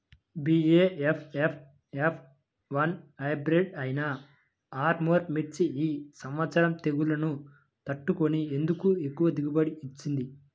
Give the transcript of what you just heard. BASF F one hybrid అయినా ఆర్ముర్ మిర్చి ఈ సంవత్సరం తెగుళ్లును తట్టుకొని ఎందుకు ఎక్కువ దిగుబడి ఇచ్చింది?